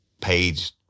page